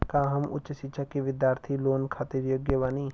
का हम उच्च शिक्षा के बिद्यार्थी लोन खातिर योग्य बानी?